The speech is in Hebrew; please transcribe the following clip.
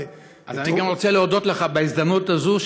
אז אני גם רוצה להודות לך בהזדמנות הזאת,